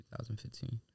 2015